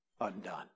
undone